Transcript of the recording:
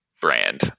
brand